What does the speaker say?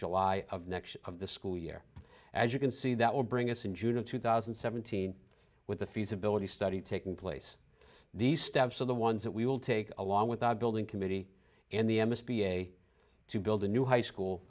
july of next of the school year as you can see that will bring us in june of two thousand and seventeen with the feasibility study taking place these steps are the ones that we will take along with our building committee and the m s p a to build a new high school